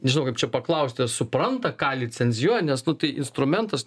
nežinau kaip čia paklaust ar supranta ką licenzijuoja nes nu tai instrumentas